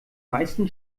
meisten